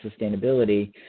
sustainability